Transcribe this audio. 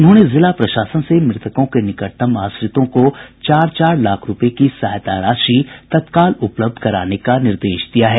उन्होंने जिला प्रशासन से मृतकों के निकटतम आश्रितों को चार चाल लाख रूपये की सहायता राशि तत्काल उपलब्ध कराने का निर्देश दिया है